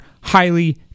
highly